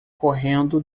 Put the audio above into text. correndo